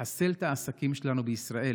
לחסל את העסקים שלנו בישראל,